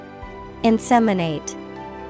inseminate